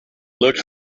looked